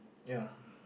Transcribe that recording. ya